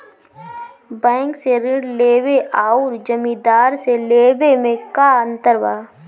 Bank से ऋण लेवे अउर जमींदार से लेवे मे का अंतर बा?